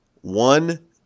One